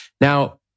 Now